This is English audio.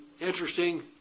Interesting